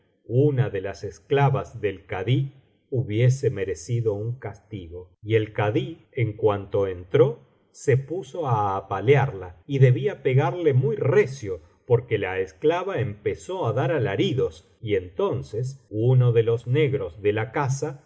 una de las esclavas del kadí hubiese merecido un castigo y el kadí en cuanto entró se puso á apalearla y debía pegarle muy recio porque la esclava empezó á dar alaridos y entonces uno de los negros ele la casa